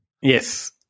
Yes